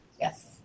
Yes